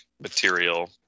material